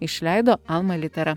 išleido alma litera